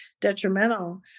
detrimental